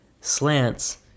slants